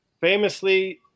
Famously